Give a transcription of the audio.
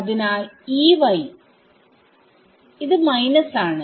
അതിനാൽ Ey ഇത് minus ആണ്